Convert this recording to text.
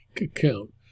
account